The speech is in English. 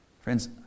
friends